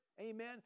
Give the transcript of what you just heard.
Amen